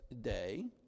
day